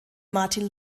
martin